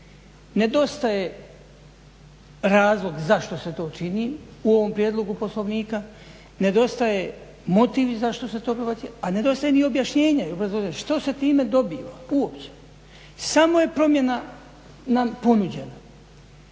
nedostaje razlog zašto se to čini u ovom prijedlogu Poslovnika, nedostaje motiv zašto se to prebacuje, a nedostaje ni objašnjenje što se time dobiva uopće. Samo je promjena na ponuđeno.